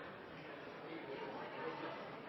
skal